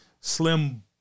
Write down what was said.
Slim